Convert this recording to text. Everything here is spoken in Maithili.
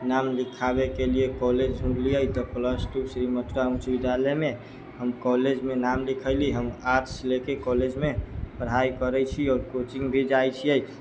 नाम लिखाबे के लिए कॉलेज गेलियै तऽ प्लस टू श्री मथुरा उच्च विद्यालय मे हम कॉलेज मे नाम लिखैली हम आर्ट्स ले के कॉलेज मे पढाइ करै छी आओर कोचिंग भी जाइ छियै